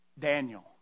Daniel